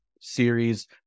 series